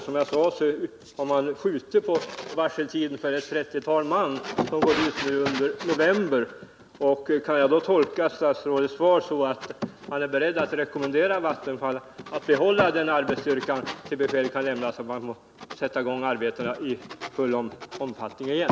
Som jag sade har man för ett trettiotal man skjutit på varseltiden, som går ut nu i november. Kan jag tolka statsrådets svar som att han är beredd att rekommendera Vattenfall att behålla den arbetsstyrkan till dess att besked kan lämnas om att man kan sätta i gång arbetena i full omfattning igen?